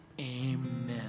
Amen